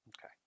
Okay